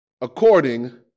according